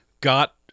got